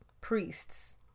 priests